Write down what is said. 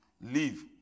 leave